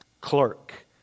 clerk